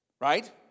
right